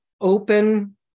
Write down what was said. open